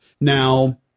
Now